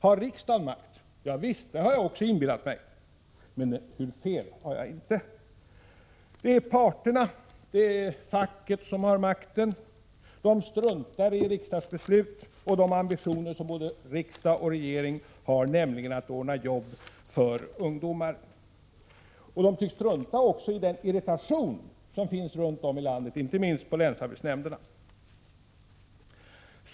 Har riksdagen makt? Ja, det har jag också inbillat mig, men hur fel hade jag inte! Det är parterna — och alltså även facket — som har makten. De struntar i riksdagsbeslut och i de ambitioner som både riksdag och regering har, nämligen att ordna jobb för ungdomar. Och de tycks också strunta i den irritation som finns runt om i landet, inte minst på länsarbetsnämnderna.